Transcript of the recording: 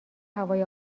هوای